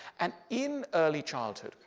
and in early childhood,